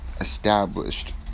established